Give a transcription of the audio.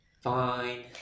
Fine